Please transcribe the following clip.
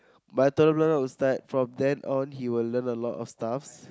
my tolerant will start from then on he will learn a lot of stuffs